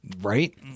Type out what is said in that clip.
right